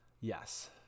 yes